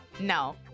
No